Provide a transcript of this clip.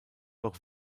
auch